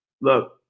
Look